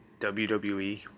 WWE